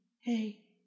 hey